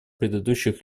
предыдущих